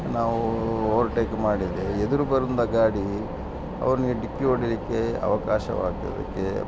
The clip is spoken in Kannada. ನಾವು ಓವರ್ಟೇಕ್ ಮಾಡಿದರೆ ಎದುರು ಬಂದ ಗಾಡಿ ಅವನಿಗೆ ಡಿಕ್ಕಿ ಹೊಡಿಲಿಕ್ಕೆ ಅವಕಾಶವಾಗ್ತದೆ ಅದಕ್ಕೆ